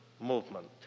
movement